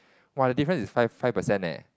!woah! the difference is five five percent eh